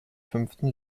fünften